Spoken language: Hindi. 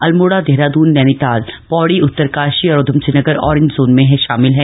अल्मोड़ा देहरादून नैनीताल पौड़ी उत्तरकाशी और उधमसिंहनगर अॅरेंज जोन में शामिल हैं